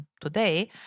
today –